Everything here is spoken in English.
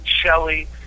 Shelly